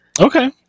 Okay